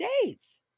states